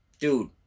dude